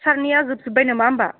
Sarnia जोबजोब्बाय नामा होम्बा